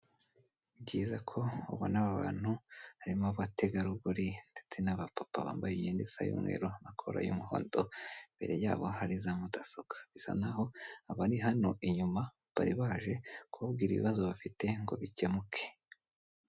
Byiza ko ubona aba bantu harimo abategarugori ndetse n'aba papa bambaye imyenda isa y'umweru na kola y'umuhondo mbere yabo hari za mudasobwa bisa naho abari hano inyuma bari baje kubabwira ibibazo bafite ngo bikemuke.